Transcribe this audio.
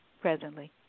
presently